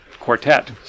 Quartet